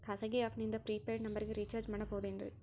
ಖಾಸಗಿ ಆ್ಯಪ್ ನಿಂದ prepaid ನಂಬರಿಗ ರೇಚಾರ್ಜ್ ಮಾಡಬಹುದೇನ್ರಿ?